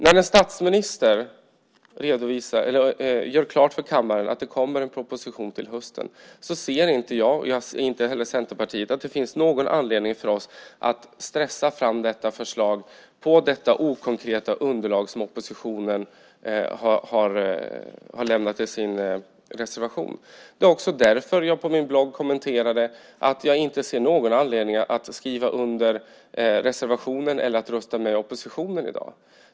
När en statsminister gör klart för kammaren att det kommer en proposition till hösten ser inte jag, och inte heller Centerpartiet, att det finns någon anledning för oss att stressa fram detta förslag på det okonkreta underlag som oppositionen har lämnat i sin reservation. Det var också därför som jag på min blogg kommenterade att jag inte ser någon anledning att skriva under reservationen eller att rösta med oppositionen i dag.